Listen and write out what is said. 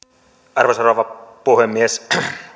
arvoisa rouva puhemies